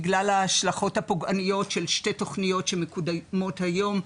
בגלל ההשלכות הפוגעניות של שתי תכניות שמקודמות היום,